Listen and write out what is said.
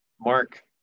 Mark